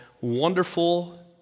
wonderful